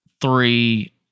three